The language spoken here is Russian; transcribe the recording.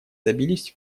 добились